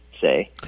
say